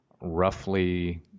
roughly